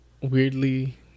weirdly